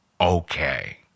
okay